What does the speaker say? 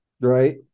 Right